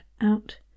out